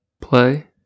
play